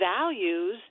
values